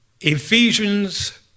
Ephesians